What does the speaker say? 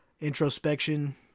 introspection